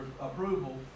approval